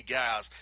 guys